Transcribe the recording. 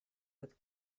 with